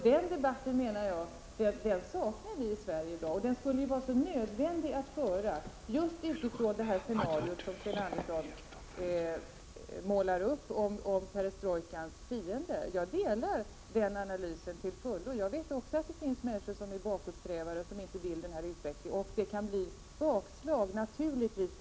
Den debatten, menar jag, saknar vi i Sverige i dag, och den skulle ju vara så nödvändig att föra just utifrån det här scenariot som Sten Andersson målar upp om perestrojkans fiender. Jag instämmer i den analysen till fullo. Jag vet också att det finns människor som är bakåtsträvare och som inte vill denna utveckling. Det kan bli bakslag, naturligtvis.